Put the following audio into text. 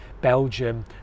Belgium